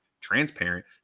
Transparent